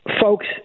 Folks